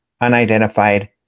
unidentified